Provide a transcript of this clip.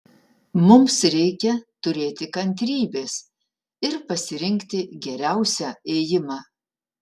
mums reikia turėti kantrybės ir pasirinkti geriausią ėjimą